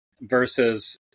versus